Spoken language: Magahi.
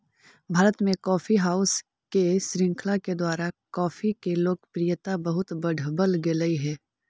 भारत में कॉफी हाउस के श्रृंखला के द्वारा कॉफी के लोकप्रियता बहुत बढ़बल गेलई हे